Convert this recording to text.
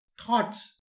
thoughts